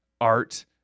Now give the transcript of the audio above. art